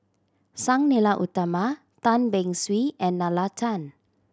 Sang Nila Utama Tan Beng Swee and Nalla Tan